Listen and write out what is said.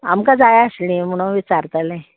आमकां जाय आसलीं म्हणोन विचारतालें